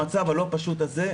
במצב הלא פשוט הזה,